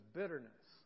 bitterness